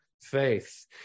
faith